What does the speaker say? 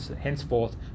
henceforth